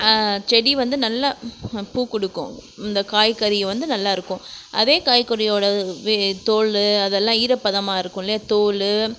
செடி வந்து நல்லா பூ கொடுக்கும் இந்த காய் கறி வந்து நல்லாயிருக்கு அதே காய் கறியோட தோல் அதெல்லாம் ஈர பதமாக இருக்குமில்லையா தோல்